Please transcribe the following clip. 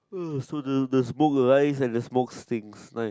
so the the smoke rise and the smoke stinks nice